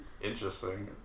Interesting